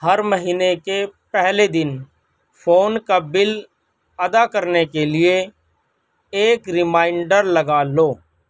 ہر مہینے کے پہلے دن فون کا بل ادا کرنے کے لیے ایک ریمائینڈر لگا لو